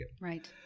Right